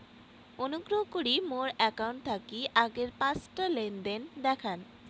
অনুগ্রহ করি মোর অ্যাকাউন্ট থাকি আগের পাঁচটা লেনদেন দেখান